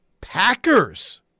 Packers